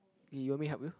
you want me help you